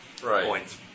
points